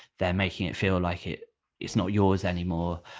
they're making it feel like it is not yours anymore.